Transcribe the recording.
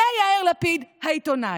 זה יאיר לפיד העיתונאי.